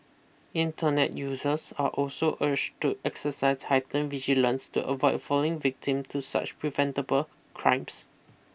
internet users are also urged to exercise heightened vigilance to avoid falling victim to such preventable crimes